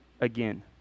again